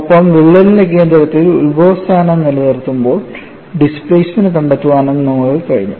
ഒപ്പം വിള്ളലിന്റെ കേന്ദ്രത്തിൽ ഉത്ഭവസ്ഥാനം നിലനിർത്തുമ്പോൾ ഡിസ്പ്ലേസ്മെൻറ് കണ്ടെത്താനും നമ്മൾക്ക് കഴിഞ്ഞു